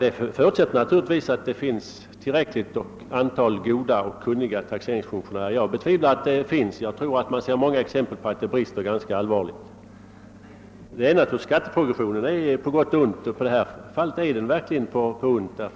Detta förutsätter naturligtvis att det finns ett tillräckligt stort antal goda och kunniga taxeringsfunktionärer. Jag betvivlar att så är fallet. Man ser många exempel på att bristerna är ganska allvarliga. Skatteprogressionen är naturligtvis på gott och ont, och i det här fallet är den verkligen av ondo.